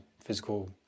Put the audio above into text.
physical